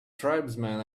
tribesmen